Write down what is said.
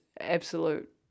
absolute